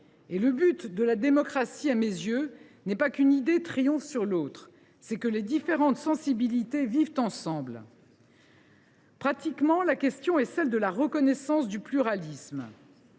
Et le but de la démocratie, à mes yeux, n’est pas qu’une idée triomphe sur les autres ; c’est que les différentes sensibilités vivent ensemble. « Pratiquement, la question est celle de la reconnaissance du pluralisme.